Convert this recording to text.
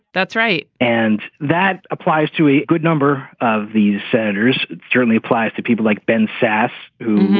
that's right. and that applies to a good number of these senators. certainly applies to people like ben sasse, who